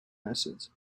acids